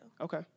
Okay